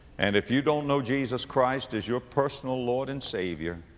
and if you don't know jesus christ as your personal lord and savior,